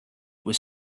was